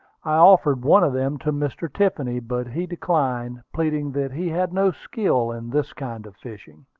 i offered one of them to mr. tiffany but he declined, pleading that he had no skill in this kind of fishing.